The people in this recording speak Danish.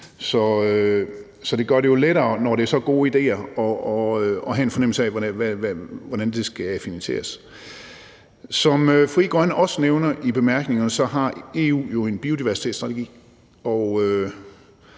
det gør det jo lettere, når det er så gode idéer, at have en fornemmelse af, hvordan det skal finansieres. Som Frie Grønne også nævner i bemærkningerne, har EU jo en biodiversitetsstrategi.